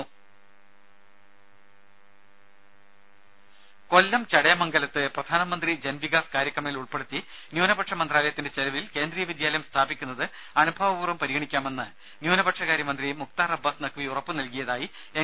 ദദദ കൊല്ലം ചടയമംഗലത്ത് പ്രധാനമന്ത്രി ജൻവികാസ് കാര്യക്രമിൽ ഉൾപ്പെടുത്തി ന്യൂനപക്ഷ മന്ത്രാലയത്തിന്റെ ചെലവിൽ കേന്ദ്രീയ വിദ്യാലയം സ്ഥാപിക്കുന്നത് അനുഭാവപൂർവ്വം പരിഗണിക്കാമെന്ന് ന്യൂനപക്ഷ കാര്യ മന്ത്രി മുഖ്താർ അബ്ബാസ് നഖ് വി ഉറപ്പ് നൽകിയതായി എൻ